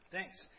thanks